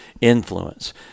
influence